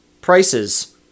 prices